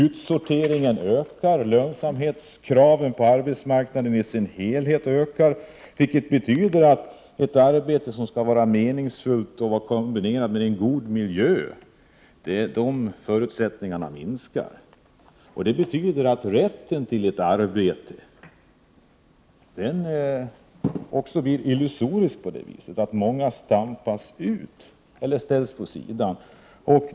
Utsorteringen ökar, lönsamhetskraven på arbets 24 maj 1989 marknaden i dess helhet ökar, vilket betyder att förutsättningarna för ett meningsfullt arbete kombinerat med en god miljö minskar. Rätten till ett arbete blir illusorisk. Många stampas ut eller ställs åt sidan.